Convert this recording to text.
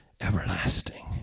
everlasting